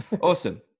Awesome